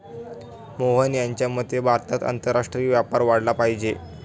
मोहन यांच्या मते भारतात आंतरराष्ट्रीय व्यापार वाढला पाहिजे